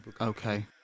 Okay